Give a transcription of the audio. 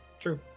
True